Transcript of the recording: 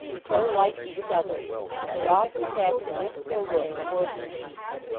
so like each other and often cast a wistful look towards the east,